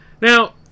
Now